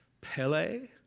Pele